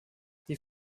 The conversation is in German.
die